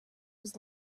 was